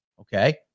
Okay